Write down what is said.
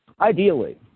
ideally